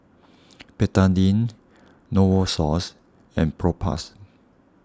Betadine Novosource and Propass